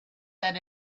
that